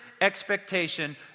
expectation